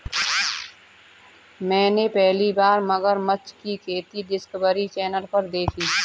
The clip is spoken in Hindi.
मैंने पहली बार मगरमच्छ की खेती डिस्कवरी चैनल पर देखी